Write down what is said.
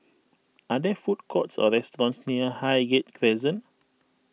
are there food courts or restaurants near Highgate Crescent